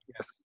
Yes